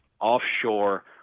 offshore